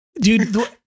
dude